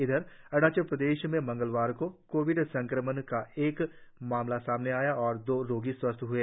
इधर अरुणाचल प्रदेश में मंगलवार को कोविड संक्रमण का एक मामला सामने आया और दो रोगी स्वस्थ हए